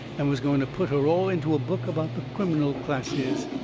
and was going to put her all into a book about the criminal classes.